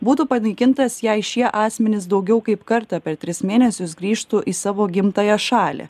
būtų panaikintas jei šie asmenys daugiau kaip kartą per tris mėnesius grįžtų į savo gimtąją šalį